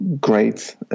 great